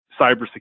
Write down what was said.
cybersecurity